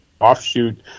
offshoot